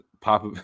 pop